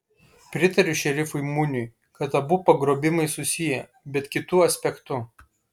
pritariu šerifui muniui kad abu pagrobimai susiję bet kitu aspektu